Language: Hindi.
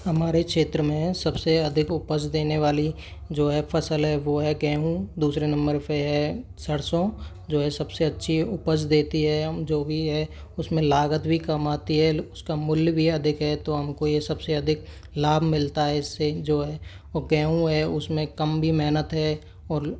हमारे क्षेत्र में सबसे अधिक उपज देने वाली जो है फसल है वो है गेंहूँ दूसरे नंबर पे है सरसों जो है सबसे अच्छी उपज देती है जो कि है उसमें लागत भी कम आती है उसका मूल्य भी अधिक है तो हमको ये सबसे अधिक लाभ मिलता है इससे जो है गेंहूँ है उसमें कम भी मेहनत है और